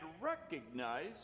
recognize